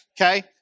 okay